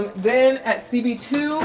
then at cbt,